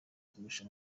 kurusha